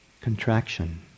contraction